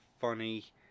funny